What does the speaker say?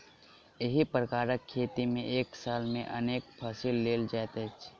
एहि प्रकारक खेती मे एक साल मे अनेक फसिल लेल जाइत छै